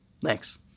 Thanks